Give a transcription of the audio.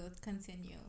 continue